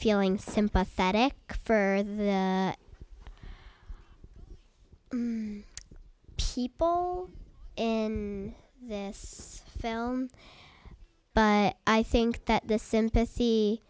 feeling sympathetic for their people in this film but i think that the sympathy